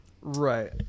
Right